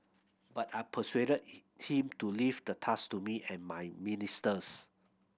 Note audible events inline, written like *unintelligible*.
but I persuaded *unintelligible* him to leave the task to me and my ministers